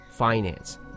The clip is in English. finance